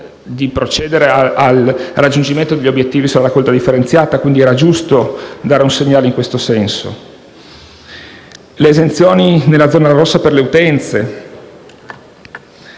di procedere al raggiungimento degli obiettivi sulla raccolta differenziata, quindi era giusto dare un segnale in questo senso. Abbiamo altresì pensato alle esenzioni nella zona rossa per le utenze